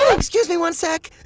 excuse me one sec.